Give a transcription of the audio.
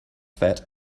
fat